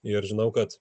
ir žinau kad